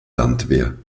landwehr